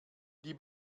die